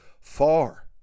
far